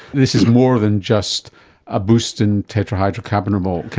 this is more than just a boost in tetrahydrocannabinol,